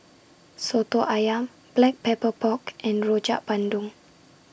Soto Ayam Black Pepper Pork and Rojak Bandung